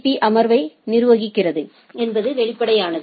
பீ அமர்வை நிறுவுகிறது என்பது வெளிப்படையானது